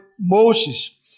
Moses